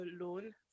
alone